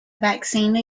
vaccine